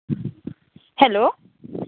hello